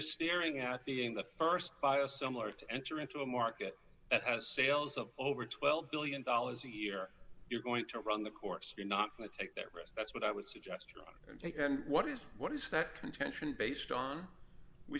staring at being the st by a similar to enter into a market that has sales of over twelve billion dollars a year you're going to run the course you're not going to take that risk that's what i would suggest and take and what is what is that contention based on we